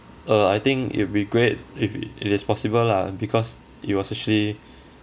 uh I think it'll be great if it is possible lah because it was actually